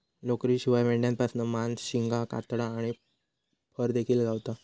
लोकरीशिवाय मेंढ्यांपासना मांस, शिंगा, कातडा आणि फर देखिल गावता